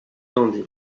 gandhi